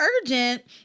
urgent